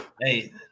Hey